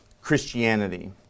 Christianity